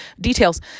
details